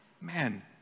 Man